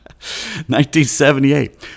1978